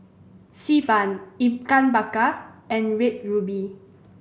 Xi Ban Ikan Bakar and Red Ruby